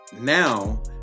now